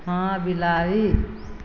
हँ बिलाड़ि